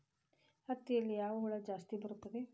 ಹತ್ತಿಯಲ್ಲಿ ಯಾವ ಹುಳ ಜಾಸ್ತಿ ಬರುತ್ತದೆ?